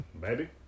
baby